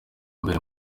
mbere